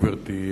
גברתי,